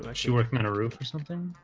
and she working in a roof or something